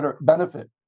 benefit